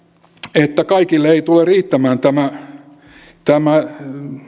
että kaikille ei tule riittämään tämä tämä